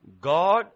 God